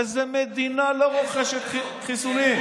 איזה מדינה לא רוכשת חיסונים?